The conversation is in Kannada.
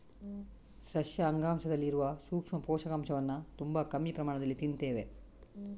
ಸಸ್ಯ ಅಂಗಾಂಶದಲ್ಲಿ ಇರುವ ಸೂಕ್ಷ್ಮ ಪೋಷಕಾಂಶವನ್ನ ತುಂಬಾ ಕಮ್ಮಿ ಪ್ರಮಾಣದಲ್ಲಿ ತಿಂತೇವೆ